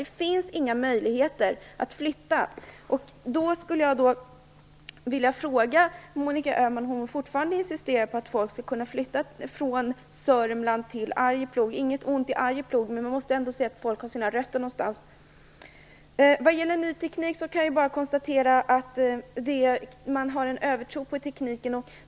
Det finns inga möjligheter att flytta. Jag skulle vilja fråga Monica Öhman om hon fortfarande insisterar på att människor skall kunna flytta från Sörmland till Arjeplog. Inget ont om Arjeplog, men man måste ändå se till var människor har sina rötter någonstans. Vad gäller ny teknik kan jag bara konstatera att man har en övertro på tekniken.